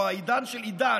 או העידן של עידן,